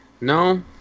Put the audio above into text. no